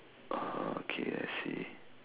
okay I see